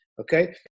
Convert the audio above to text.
Okay